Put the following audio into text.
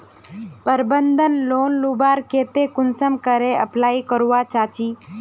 प्रबंधन लोन लुबार केते कुंसम करे अप्लाई करवा चाँ चची?